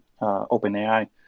OpenAI